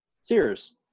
Sears